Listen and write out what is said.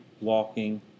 walking